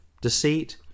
deceit